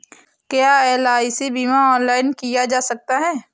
क्या एल.आई.सी बीमा ऑनलाइन किया जा सकता है?